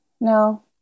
no